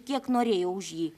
kiek norėjo už jį